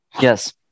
Yes